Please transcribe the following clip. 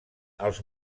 els